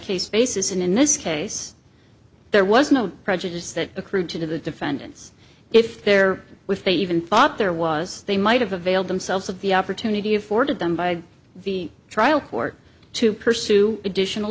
case basis and in this case there was no prejudice that accrue to the defendants if they're with they even thought there was they might have availed themselves of the opportunity afforded them by the trial court to pursue additional